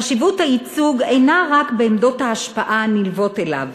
חשיבות הייצוג אינה רק בעמדות ההשפעה הנלוות אליו,